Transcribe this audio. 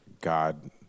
God